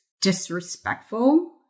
disrespectful